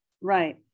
Right